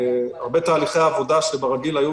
הרבה תהליכי עבודה שבאופן רגיל היו